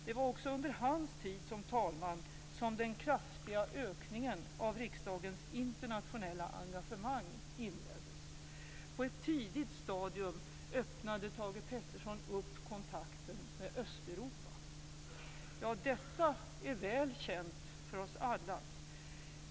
Det var också under hans tid som talman som den kraftiga ökningen av riksdagens internationella engagemang inleddes. På ett tidigt stadium öppnade han upp kontakten mot Östeuropa. Ja, detta är väl känt för oss alla.